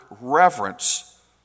reverence